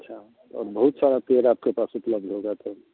अच्छा अब बहुत सारे पेड़ आपके पास उपलब्ध होंगे तो